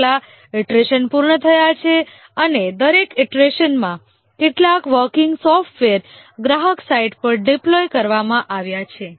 કેટલા ઇટરેશન પૂર્ણ થયા છે અને દરેક ઇટરેશનમા કેટલાક વર્કિંગ સોફ્ટવેર ગ્રાહક સાઇટ પર ડિપ્લોય કરવામાં આવે છે